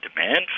demand